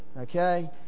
okay